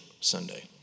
Sunday